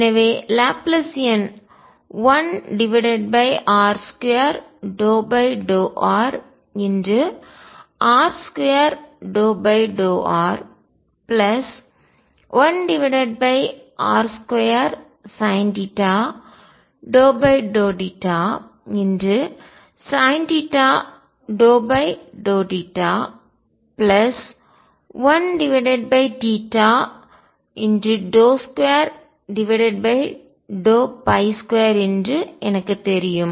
எனவே Laplacian 1r2∂rr2∂r1r2sinθ∂θsinθ∂θ1 22 என்று எனக்குத் தெரியும்